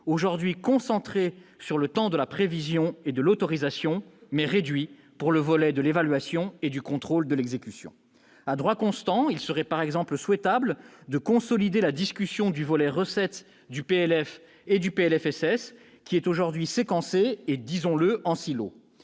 aujourd'hui concentré sur le temps de la prévision et de l'autorisation, mais réduit pour le volet de l'évaluation et du contrôle de l'exécution. À droit constant, il serait par exemple souhaitable de consolider la discussion du volet recettes du projet de loi de finances et du projet de loi